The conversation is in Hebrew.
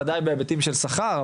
ודאי בהיבטים של שכר,